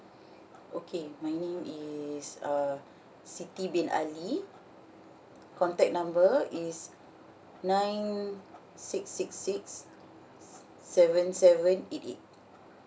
okay my name is uh siti bin ali contact number is nine six six six seven seven eight eight